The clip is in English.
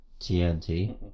TNT